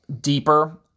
deeper